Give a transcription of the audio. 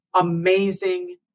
amazing